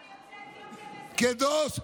גם יוצאי אתיופיה מזהים כיוצאי אתיופיה.